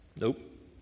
Nope